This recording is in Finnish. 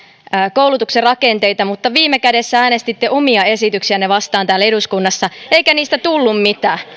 koulutuksen rakenteita mutta viime kädessä äänestitte omia esityksiänne vastaan täällä eduskunnassa eikä niistä tullut mitään